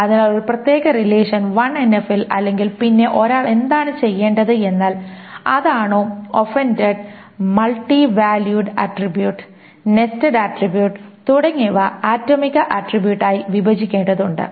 അതിനാൽ ഒരു പ്രത്യേക റിലേഷൻ 1NF ൽ അല്ലെങ്കിൽ പിന്നെ ഒരാൾ എന്താണ് ചെയ്യേണ്ടത് എന്നാൽ അതാണോ ഒഫന്ഡഡ് multi valued attribute nested attribute തുടങ്ങിയവ ആറ്റോമിക് ആട്രിബ്യൂട്ടായി വിഭജിക്കേണ്ടതുണ്ട്